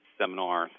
seminar